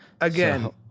Again